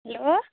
hello